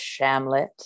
Shamlet